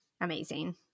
Amazing